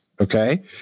Okay